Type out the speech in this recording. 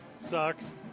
Sucks